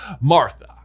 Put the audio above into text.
Martha